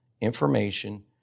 information